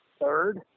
third